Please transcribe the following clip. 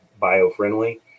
bio-friendly